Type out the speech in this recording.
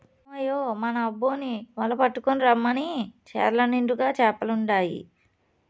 ఏమయ్యో మన అబ్బోన్ని వల పట్టుకు రమ్మను చెర్ల నిండుగా చేపలుండాయి